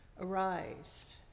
arise